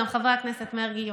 גם חבר הכנסת מרגי יוכל.